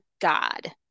God